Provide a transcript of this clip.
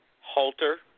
halter